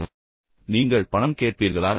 இப்போது நீங்கள் பணம் கேட்பீர்களா